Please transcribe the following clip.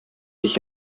ich